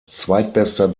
zweitbester